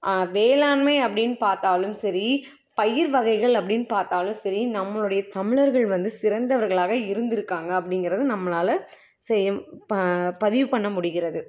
வேளாண்மை அப்படின்னு பார்த்தாலும் சரி பயிர் வகைகள் அப்படின்னு பார்த்தாலும் சரி நம்மளுடைய தமிழர்கள் வந்து சிறந்தவர்களாக இருந்துருக்காங்க அப்படிங்கிறது நம்மளால் செ ப பதிவு பண்ண முடிகிறது